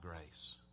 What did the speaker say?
grace